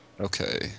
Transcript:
Okay